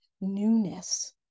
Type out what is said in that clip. newness